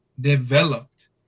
developed